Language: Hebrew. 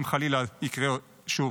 אם חלילה יקרה שוב.